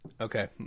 Okay